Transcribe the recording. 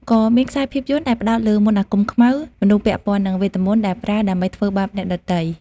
ក៏មានខ្សែភាពយន្តដែលផ្តោតលើមន្តអាគមខ្មៅ មនុស្សពាក់ពន្ធ័នឹងវេទមន្តដែលប្រើដើម្បីធ្វើបាបអ្នកដទៃ។